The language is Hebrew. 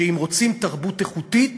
שאם רוצים תרבות איכותית